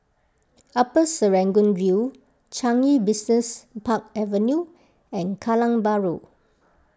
Upper Serangoon View Changi Business Park Avenue and Kallang Bahru